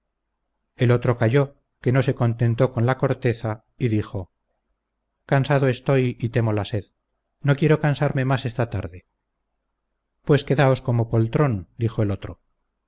el otro calló que no se contentó con la corteza y dijo cansado estoy y temo la sed no quiero cansarme más esta tarde pues quedaos como poltrón dijo el otro